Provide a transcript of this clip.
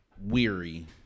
weary